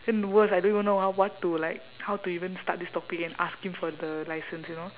then the worst I don't even know how what to like how to even start this topic and ask him for the license you know